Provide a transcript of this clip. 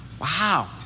wow